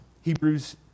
Hebrews